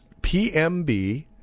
PMB